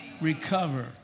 recover